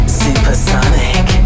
supersonic